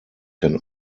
can